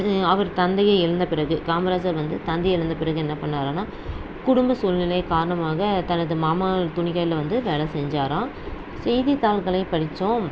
அவர் தந்தையை இழந்த பிறகு காமராஜர் வந்து தந்தையை இழந்த பிறகு என்ன பண்ணாருன்னா குடும்பச்சூழ்நிலை காரணமாக தனது மாமாவின் துணிக்கடையில் வந்து வேலை செஞ்சாராம் செய்தித்தாள்களை படிச்சும்